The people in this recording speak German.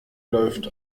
läuft